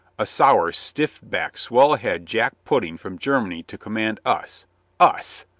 a sour, stiff-backed, swell-head jack pudding from germany to command us us!